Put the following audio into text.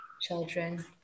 children